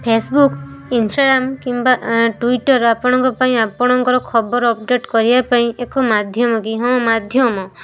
Facebook Instagram କିମ୍ବା Twitter ଆପଣଙ୍କ ପାଇଁ ଆପଣଙ୍କର ଖବର ଅପଡ଼େଟ୍ କରିବା ପାଇଁ ଏକ ମାଧ୍ୟମ କି ହଁ ମାଧ୍ୟମ